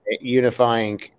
unifying